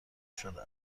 شده